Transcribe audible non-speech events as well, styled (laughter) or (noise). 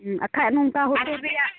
ᱦᱮᱸ ᱵᱟᱠᱷᱟᱡ ᱱᱚᱝᱠᱟ ᱦᱳᱴᱮᱞ (unintelligible) ᱨᱮᱭᱟᱜ